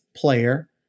player